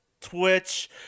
Twitch